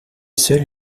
seul